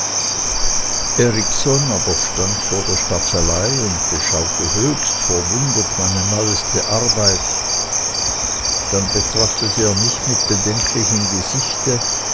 erikson aber stand vor der staffelei und beschaute höchst verwundert meine neuste arbeit dann betrachtete er mich mit bedenklichem gesichte